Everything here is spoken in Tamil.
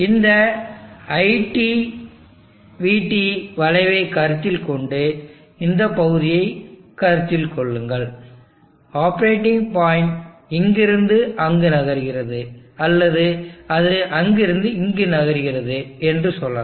இந்த iT vT வளைவைக் கருத்தில் கொண்டு இந்த பகுதியை கருத்தில் கொள்ளுங்கள் ஆப்பரேட்டிங் பாயிண்ட் இங்கிருந்து அங்கு நகர்கிறது அல்லது அது அங்கிருந்து இங்கு நகர்கிறது என்று சொல்லலாம்